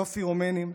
לא פירומנים.